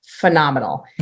phenomenal